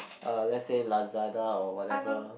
uh let's say Lazada or whatever